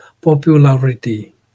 popularity